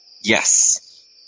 Yes